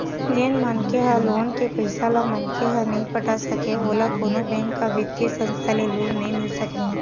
जेन मनखे ह लोन के पइसा ल मनखे ह नइ पटा सकय ओला कोनो बेंक या बित्तीय संस्था ले लोन नइ मिल सकय